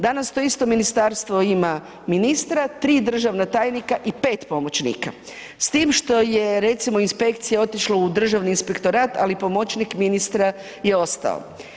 Danas to isto ministarstvo ima ministra, 3 državna tajnika i 5 pomoćnika, s tim što je recimo inspekcija otišla u Državni inspektorat, ali pomoćnik ministra je ostao.